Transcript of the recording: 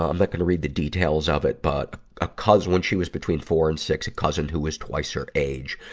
um but gonna read the details of it, but a cous, when she was between four and six, a cousin who was twice her age,